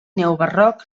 neobarroc